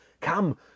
Come